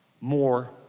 more